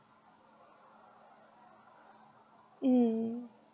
mm mm